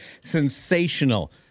sensational